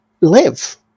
live